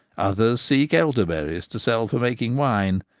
others seek elderberries to sell for making wine,